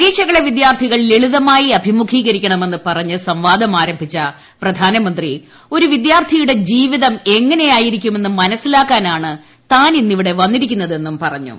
പരീക്ഷകളെ വിദ്യാർത്ഥികൾ ലളിതമായി അഭിമുഖീകരിക്കണമെന്ന് പറഞ്ഞ് സംവാദം ആരംഭിച്ച പ്രധാനമന്ത്രി ഒരു വിദ്യാർത്ഥിയുടെ ജീവിതം എങ്ങനെയായിരിക്കുമെന്ന് മനസ്സിലാക്കാനാണ് താനിന്നിവിടെ വന്നിരിക്കുന്നതെന്നും പറഞ്ഞു